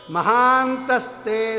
Mahantaste